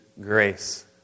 grace